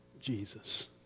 Jesus